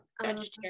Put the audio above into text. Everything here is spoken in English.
Vegetarian